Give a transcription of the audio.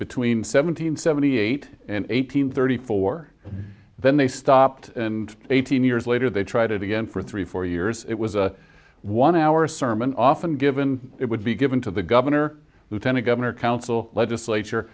between seventy and seventy eight and eighteen thirty four then they stopped and eighteen years later they tried it again for three four years it was a one hour sermon often given it would be given to the governor lieutenant governor council legislature